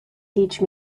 teach